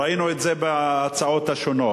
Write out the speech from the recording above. ראינו את זה בהצעות השונות.